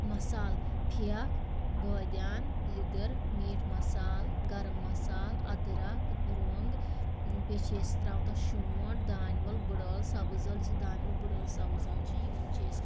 مصالہٕ پھیٚکھ بٲدیان لدٕر میٖٹ مصالہٕ گرٕم مصالہٕ أدرکھ ٲں رۄنٛگ بیٚیہِ چھِ أسۍ ترٛاوان تتھ شونٛٹھ دانہِ وَل بٕڑ ٲلہٕ سبٕز ٲلہٕ یۄس یہِ دانہِ وَل بٕڑ ٲلہٕ سبٕز ٲلہٕ چھِ یمن چھِ أسۍ